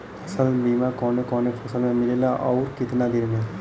फ़सल बीमा कवने कवने फसल में मिलेला अउर कितना दिन में?